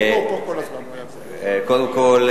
קודם כול,